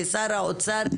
לשר האוצר,